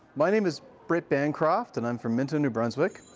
my name is britt bancroft and i'm from minto, new brunswick.